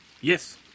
Yes